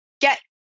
get